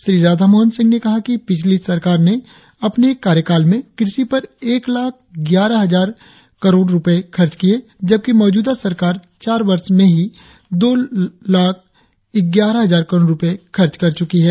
श्री राधा मोहन सिंह ने कहा कि पिछली सरकार ने पने कार्यालय में कृषि पर एक लाख ग्यारह हजार करोड़ रुपये खर्च किए जबकि मौजूदा सरकार चार वर्ष में ही दो लाख ग्यारह हजार करोड़ रुपये खर्च कर चुकी है